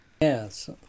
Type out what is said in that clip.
Yes